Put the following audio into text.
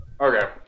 Okay